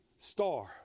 star